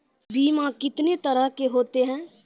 बीमा कितने तरह के होते हैं?